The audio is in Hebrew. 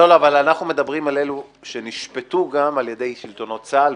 אנחנו מדברים על אלה שגם נשפטו על ידי שלטונות צה"ל,